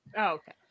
okay